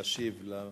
להשיב למציעים.